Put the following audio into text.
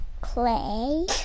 Clay